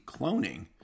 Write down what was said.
cloning